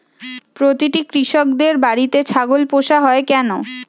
প্রতিটি কৃষকদের বাড়িতে ছাগল পোষা হয় কেন?